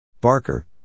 Barker